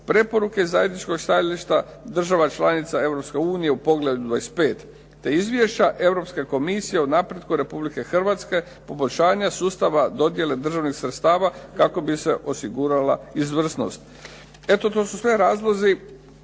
preporuke zajedničkog stajališta država članica Europske unije u pogledu 25, te izvješća Europske komisije o napretku Republike Hrvatske, poboljšanja sustava dodjele državnih sredstava kako bi se osigurala izvrsnost. Eto to su sve razlozi